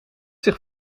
zich